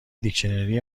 دیکشنری